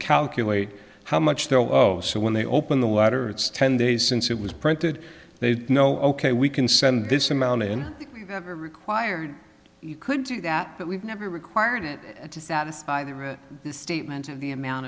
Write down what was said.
calculate how much they'll oh so when they open the letter it's ten days since it was printed they know ok we can send this amount in required you could do that but we've never required it to satisfy the statement of the amount